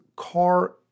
car